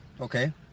Okay